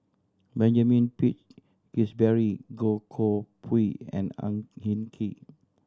Benjamin Peach Keasberry Goh Koh Pui and Ang Hin Kee